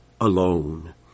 alone